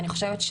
ואני חושבת,